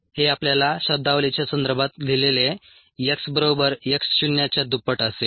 हे आपल्याला शब्दावलीच्या संदर्भात लिहिलेले x बरोबर x शून्याच्या दुप्पट असेल